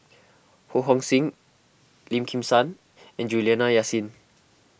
Ho Hong Sing Lim Kim San and Juliana Yasin